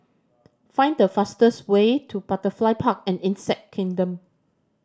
find the fastest way to Butterfly Park and Insect Kingdom